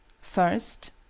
first